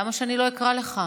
למה שאני לא אקרא לך?